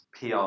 PR